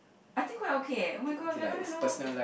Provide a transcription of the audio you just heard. I think quite okay eh oh-my-god we're going to know